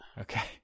Okay